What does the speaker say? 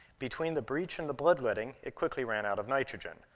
between the breach and the bloodletting, it quickly ran out of nitrogen.